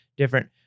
different